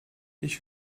ich